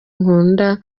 nkunda